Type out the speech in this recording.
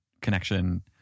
connection